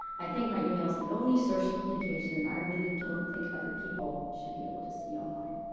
i think my e-mail's the only source of communication that i really don't think other people should be able to see online.